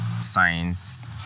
science